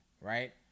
right